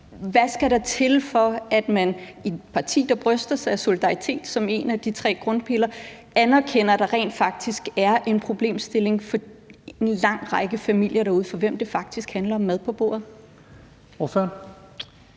hvad skal der til, for at man i et parti, der bryster sig af solidaritet som en af sine tre grundpiller, anerkender, at der rent faktisk er en problemstilling for en lang række familier derude, for hvem det faktisk handler om mad på bordet?